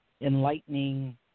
enlightening